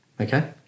okay